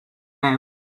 now